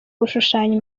gushushanya